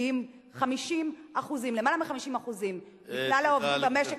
כי אם למעלה מ-50% מכלל העובדים במשק